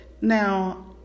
Now